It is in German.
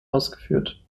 ausgeführt